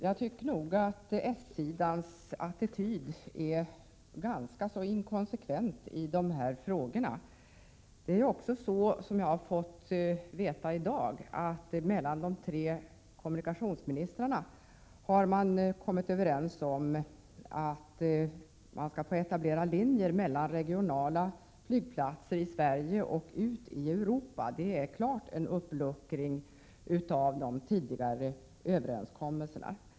Jag har i dag fått veta att de tre kommunikationsministrarna har kommit överens om att man skall få etablera linjer från regionala flygplatser i Sverige och ut i Europa. Det är en klar uppluckring av de tidigare överenskommelserna.